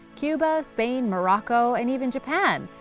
cuba, spain, morocco and even japan,